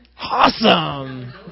Awesome